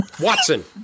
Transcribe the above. Watson